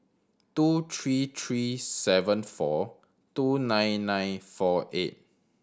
two three three seven four two nine nine four eight